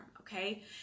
okay